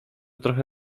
trochę